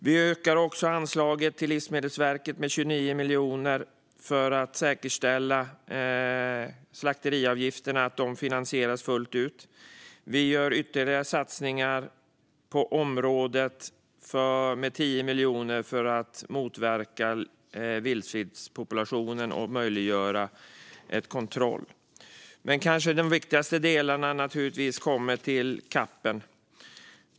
Vi ökar också anslaget till Livsmedelsverket med 29 miljoner för att säkerställa att slakteriavgifterna finansieras fullt ut. Vi gör ytterligare satsningar på området med 10 miljoner för att motverka vildsvinspopulationens ökning och möjliggöra kontroll. Men de kanske viktigaste delarna handlar om CAP.